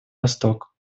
восток